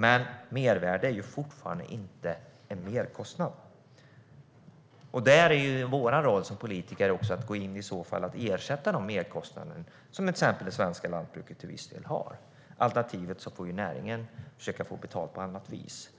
Men mervärde är fortfarande inte en merkostnad. Vår roll som politiker är att i så fall ersätta de merkostnader som exempelvis det svenska lantbruket till viss del har. Alternativt måste näringen försöka få betalt på annat vis.